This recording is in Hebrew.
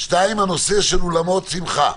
הנושא של אולמות שמחה.